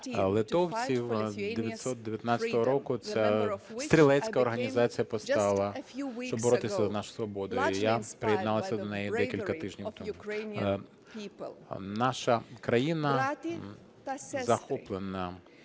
литовців 919 року ця стрілецька організацію повстала, щоб боротися за нашу свободу і я приєдналася до неї декілька тижнів тому. Наша країна захоплена